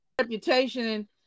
reputation